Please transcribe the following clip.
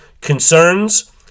concerns